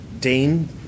Dane